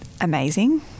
Amazing